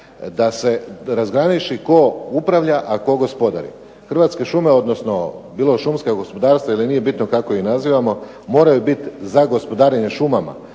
da se razgraniči tko upravlja, a tko gospodari. Hrvatske šume, odnosno bilo šumska gospodarstva ili nije bitno kako ih nazivamo moraju biti za gospodarenje šumama.